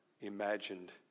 imagined